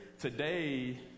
today